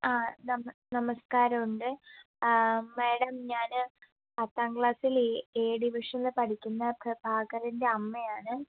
ആ നമ നമസ്ക്കാരമുണ്ട് ആ മേഡം ഞാൻ പത്താം ക്ലാസ്സിൽ ഏ എ ഡിവിഷനിൽ പഠിക്കുന്ന പ്രഭാകരൻ്റെ അമ്മയാണ്